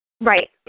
Right